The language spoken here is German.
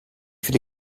viele